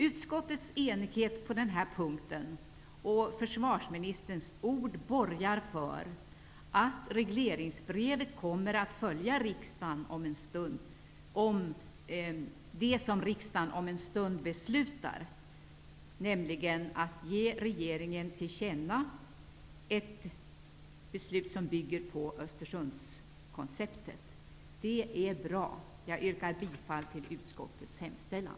Utskottets enighet på den här punkten och försvarsministerns ord borgar för att regleringsbrevet kommer att följa det som riksdagen om en stund beslutar, nämligen att ge regeringen till känna ett beslut som bygger på Östersundskonceptet. Det är bra. Jag yrkar bifall till utskottets hemställan.